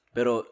Pero